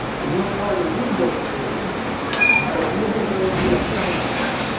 we worked hard to weed those neighborhoods by removing those who were strangling it,